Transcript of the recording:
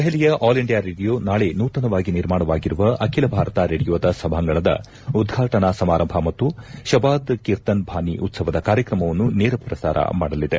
ದೆಹಲಿಯ All India Radio ನಾಳೆ ನೂತನವಾಗಿ ನಿರ್ಮಾಣವಾಗಿರುವ ಅಖಿಲ ಭಾರತ ರೇಡಿಯೊದ ಸಭಾಂಗಣದ ಉದ್ಘಾಟನಾ ಸಮಾರಂಭ ಮತ್ತು ಶಬಾದ್ ಕಿರ್ತನ್ ಭಾನಿ ಉತ್ಖವದ ಕಾರ್ಯಕ್ರಮವನ್ನು ನೇರ ಪ್ರಸಾರ ಮಾಡಲಿದೆ